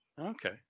Okay